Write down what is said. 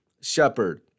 shepherd